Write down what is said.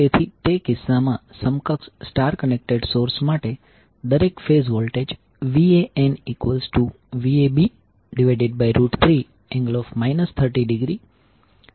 તેથી તે કિસ્સામાં સમકક્ષ સ્ટાર કનેક્ટેડ સોર્સ માટે દરેક ફેઝ વોલ્ટેજ VanVab3∠ 30°121